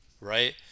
right